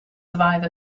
survive